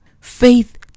Faith